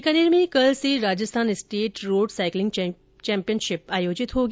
बीकानेर में कल से Rajasthan state road cycling championship आयोजित होगी